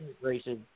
races